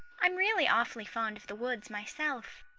i'm really awfully fond of the woods myself,